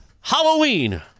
Halloween